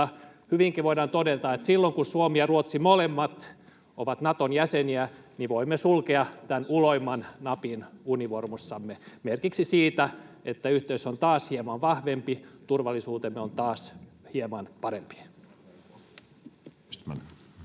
hyvinkin voidaan todeta, että silloin kun Suomi ja Ruotsi molemmat ovat Naton jäseniä, voimme sulkea tämän uloimman napin univormussamme merkiksi siitä, että yhteys on taas hieman vahvempi, turvallisuutemme on taas hieman parempi.